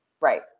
Right